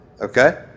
Okay